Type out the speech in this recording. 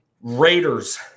Raiders